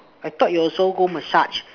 I thought you also go massage